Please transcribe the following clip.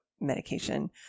medication